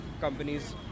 companies